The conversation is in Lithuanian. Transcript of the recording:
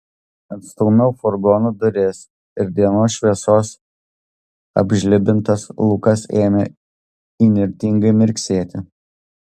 atstūmiau furgono duris ir dienos šviesos apžlibintas lukas ėmė įnirtingai mirksėti